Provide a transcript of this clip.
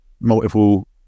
multiple